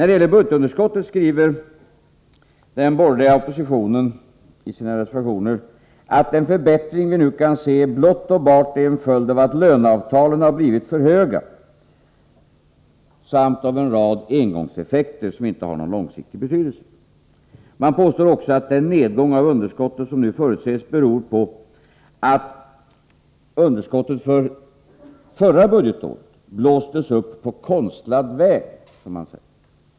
Då det gäller budgetunderskottet skriver den borgerliga oppositionen i sina reservationer att den förbättring som vi nu kan se blott och bart är en följd av att löneavtalen har blivit för höga samt av en rad engångseffekter, som inte har någon långsiktig betydelse. Man påstår också att den nedgång i underskottet som nu förutses beror på att underskottet för det förra budgetåret blåstes upp på konstlad väg.